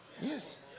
Yes